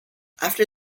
after